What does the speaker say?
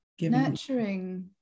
Nurturing